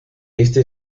este